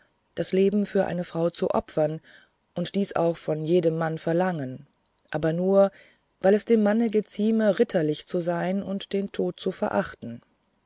das leben für eine frau zu opfern und dies auch von jedem mann verlangen aber nur weil es dem mann gezieme ritterlich zu sein und den tod zu verachten